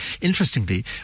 interestingly